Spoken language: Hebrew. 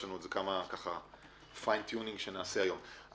יש לנו כמה פיין טיונינג שנעשה היום.